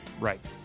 Right